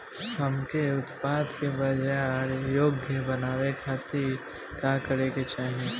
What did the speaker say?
हमके उत्पाद के बाजार योग्य बनावे खातिर का करे के चाहीं?